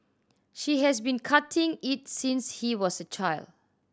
she has been cutting it since he was a child